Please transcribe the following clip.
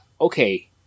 Okay